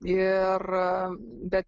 ir bet